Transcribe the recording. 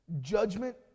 judgment